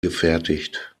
gefertigt